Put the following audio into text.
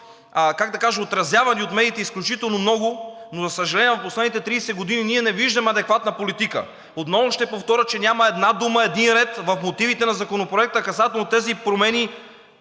как да кажа, отразявани от медиите изключително много, но, за съжаление, в последните 30 години ние не виждаме адекватна политика. Отново ще повторя, че няма една дума, един ред в мотивите на Законопроекта, касателно тези промени